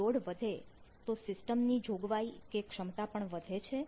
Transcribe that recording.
જો લોડ વધે તો સિસ્ટમની જોગવાઈ કે ક્ષમતા પણ વધે છે